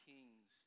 Kings